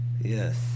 Yes